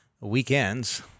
weekends